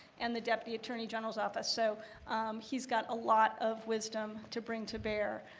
and the deputy attorney generals office. so he's got a lot of wisdom to bring to bear.